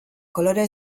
kolore